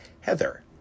Heather